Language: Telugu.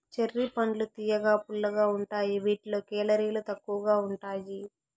చెర్రీ పండ్లు తియ్యగా, పుల్లగా ఉంటాయి వీటిలో కేలరీలు తక్కువగా ఉంటాయి